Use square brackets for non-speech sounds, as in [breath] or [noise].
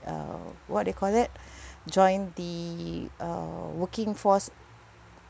uh what do you call that [breath] join the uh working force